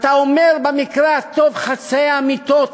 אתה אומר במקרה הטוב חצאי אמיתות